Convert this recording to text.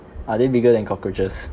are they bigger than cockroaches